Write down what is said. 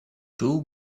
too